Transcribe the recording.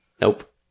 Nope